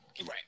Right